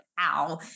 ow